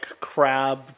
crab